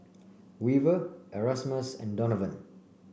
Weaver Erasmus and Donavon